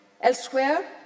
Elsewhere